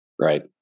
Right